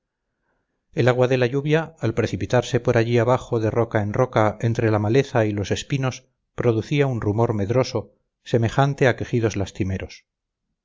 el agua de la lluvia al precipitarse por allí abajo de roca en roca entre la maleza y los espinos producía un rumor medroso semejante a quejidos lastimeros